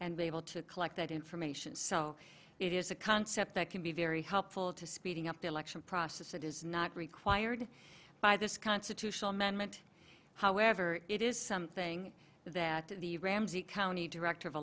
and be able to collect that information so it is a concept that can be very helpful to speeding up the election process that is not required by this constitutional amendment however it is something that the ramsey county director of